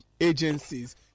agencies